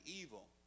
evil